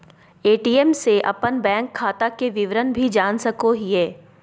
ATM से अपन bank खाता के विवरण भी जान सको हिये